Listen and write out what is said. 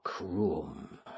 room